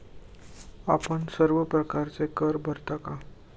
आपण सर्व प्रकारचे कर भरता का?